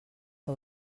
que